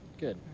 Good